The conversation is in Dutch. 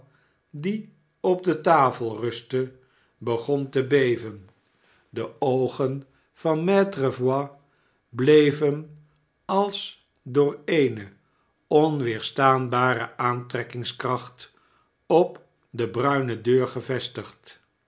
die op de tafel rustte begon te beven de oogen van maitre voigt bleven als door eene onwederstaanbare aantrekkingskracht op de bruine deur gevestigd